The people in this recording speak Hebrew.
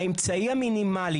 האמצעי המינימלי.